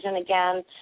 again